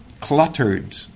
cluttered